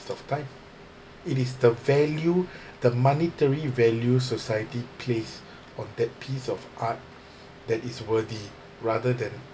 waste of time it is the value the monetary value society place on that piece of art that is worthy rather than